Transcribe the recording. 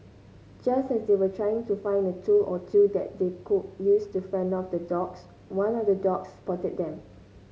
just as they were trying to find a tool or two that they could use to fend off the dogs one of the dogs spotted them